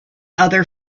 other